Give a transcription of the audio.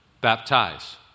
baptize